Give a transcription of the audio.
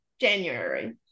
January